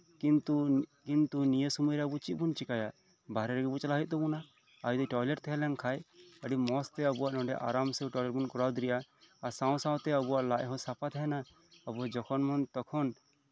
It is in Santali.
ᱠᱤᱱᱛᱩ ᱠᱤᱱᱛᱩ ᱱᱤᱭᱟᱹ ᱥᱚᱢᱚᱭ ᱨᱮ ᱟᱵᱚ ᱪᱮᱫ ᱵᱚᱱ ᱪᱤᱠᱟᱭᱟ ᱵᱟᱦᱨᱮ ᱨᱮᱜᱮ ᱪᱟᱞᱟᱜ ᱦᱩᱭᱩᱜ ᱛᱟᱵᱳᱱᱟ ᱟᱨ ᱡᱚᱫᱤ ᱴᱚᱭᱞᱮᱴ ᱛᱟᱸᱦᱮ ᱞᱮᱱᱠᱷᱟᱡ ᱟᱹᱰᱤ ᱢᱚᱸᱡᱛᱮ ᱟᱨᱟᱢ ᱥᱮ ᱴᱚᱭᱞᱮᱴ ᱵᱚᱱ ᱠᱚᱯᱨᱟᱣ ᱫᱟᱲᱮᱭᱟᱜᱼᱟ ᱥᱟᱶ ᱥᱟᱶᱛᱮ ᱟᱵᱚᱣᱟᱜ ᱞᱟᱡ ᱦᱚᱸ ᱥᱟᱯᱷᱟ ᱛᱟᱸᱦᱮᱱᱟ ᱟᱵᱚ ᱡᱚᱠᱷᱚᱱ ᱢᱚᱱ ᱛᱚᱠᱷᱚᱱ